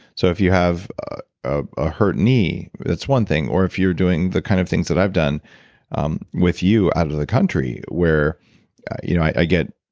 so if you have a ah ah hurt knee, it's one thing or if you're doing the kind of things that i've done um with you out of the country where you know i get